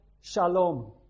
Shalom